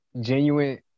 genuine